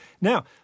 Now